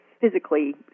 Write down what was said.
physically